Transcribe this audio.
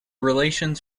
relations